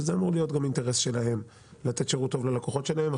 שזה אמור להיות גם אינטרס שלהם לתת שירות טוב ללקוחות שלהם,